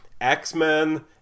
x-men